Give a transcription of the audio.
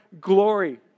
glory